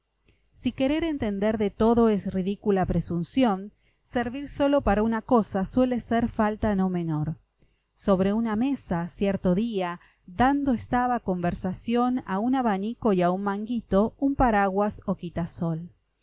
si querer entender de todo es ridícula presunción servir sólo para una cosa suele ser falta no menor sobre una mesa cierto día dando estaba conversación a un abanico y a un manguito un paraguas o quitasol